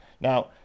Now